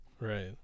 Right